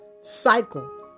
cycle